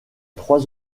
trois